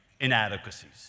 Inadequacies